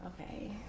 Okay